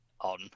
on